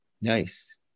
Nice